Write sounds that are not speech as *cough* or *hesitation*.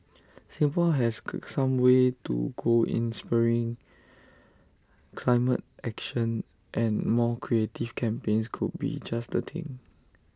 Singapore has *hesitation* some way to go in spurring climate action and more creative campaigns could be just the thing